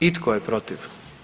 I tko je protiv?